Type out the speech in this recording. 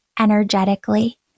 energetically